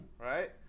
Right